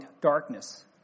darkness